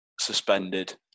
suspended